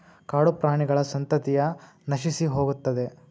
ಕಾಡುಪ್ರಾಣಿಗಳ ಸಂತತಿಯ ನಶಿಸಿಹೋಗುತ್ತದೆ